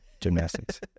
gymnastics